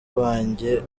banjye